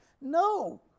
No